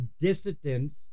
dissidents